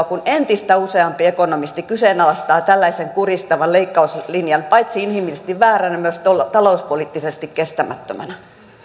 kun entistä useampi ekonomisti kyseenalaistaa tällaisen kuristavan leikkauslinjan paitsi inhimillisesti vääränä myös talouspoliittisesti kestämättömänä edustaja